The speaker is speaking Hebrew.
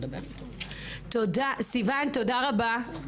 תודה רבה סיוון.